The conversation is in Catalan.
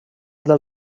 del